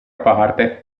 parte